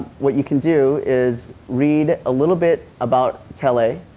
what you can do is read a little bit about tele.